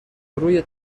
روی